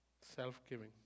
self-giving